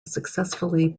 successfully